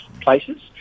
places